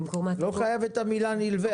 לא חייב את המילה "נלווה".